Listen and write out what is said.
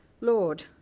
Lord